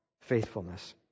Faithfulness